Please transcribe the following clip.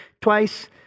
twice